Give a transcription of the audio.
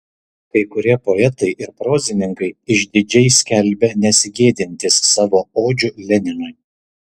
kai kurie poetai ir prozininkai išdidžiai skelbė nesigėdintys savo odžių leninui